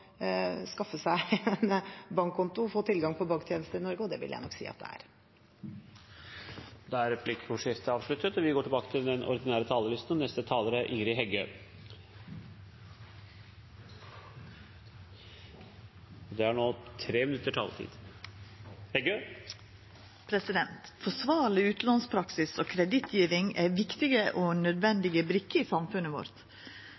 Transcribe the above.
skaffe seg en bankkonto og få tilgang til banktjenester i Norge, og det vil jeg nok si at det er. Replikkordskiftet er avsluttet. De talere som heretter får ordet, har en taletid på inntil 3 minutter. Forsvarleg utlånspraksis og kredittgjeving er viktige og nødvendige brikker i samfunnet vårt.